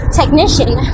technician